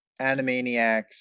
Animaniacs